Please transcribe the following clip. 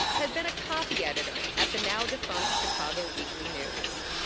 had been a copy editor at the now defunct chicago weekly news.